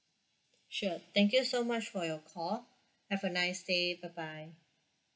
sure thank you so much for your call have a nice day bye bye